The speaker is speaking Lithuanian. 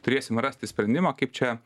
turėsim rasti sprendimą kaip čia